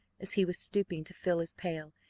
as he was stooping to fill his pail,